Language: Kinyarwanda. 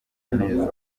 neza